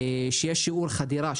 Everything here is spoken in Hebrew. שיש לגביהם שיעור חדירה,